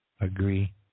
agree